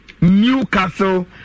Newcastle